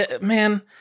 Man